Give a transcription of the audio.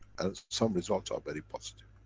as some results are very positive.